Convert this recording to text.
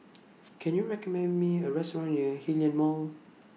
Can YOU recommend Me A Restaurant near Hillion Mall